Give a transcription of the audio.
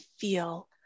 feel